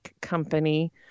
company